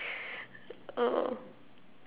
uh